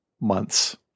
months